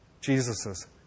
Jesus's